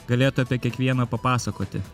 galėtų apie kiekvieną papasakoti